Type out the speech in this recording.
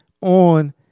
on